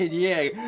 yeah,